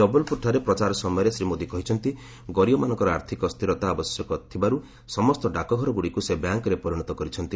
ଜବଲପୁରଠାରେ ପ୍ରଚାର ସମୟରେ ଶ୍ରୀ ମୋଦି କହିଛନ୍ତି ଗରିବମାନଙ୍କର ଆର୍ଥକ ସ୍ଥିରତା ଆବଶ୍ୟକ ଥିବାରୁ ସମସ୍ତ ଡାକଘରଗୁଡ଼ିକୁ ସେ ବ୍ୟାଙ୍କ୍ରେ ପରିଣତ କରିଛନ୍ତି